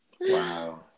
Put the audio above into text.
wow